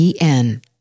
en